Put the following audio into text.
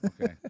Okay